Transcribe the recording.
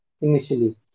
initially